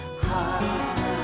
high